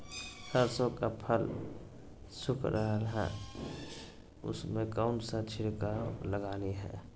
सरसो का फल सुख रहा है उसमें कौन सा छिड़काव लगानी है?